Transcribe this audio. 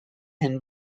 him